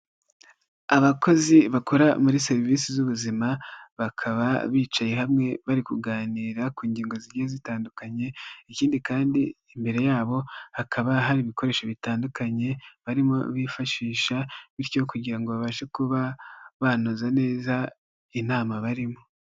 Abakozi bakora muri serivisi z'ubuzima bakaba bicaye hamwe bari kuganira ku ngingo zigiye zitandukanye ikindi kandi imbere yabo hakaba hari ibikoresho bitandukanye barimo bifashisha bityo kugira ngo babashe kuba banoza neza inama barimo.